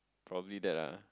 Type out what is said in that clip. probably that ah